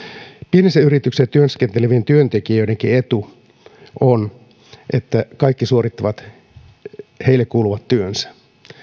pienissä yrityksissä työskentelevien työntekijöidenkin etu on että kaikki suorittavat heille kuuluvat työnsä